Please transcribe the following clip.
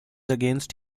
against